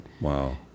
wow